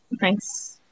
Thanks